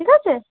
ঠিক আছে